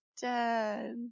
dead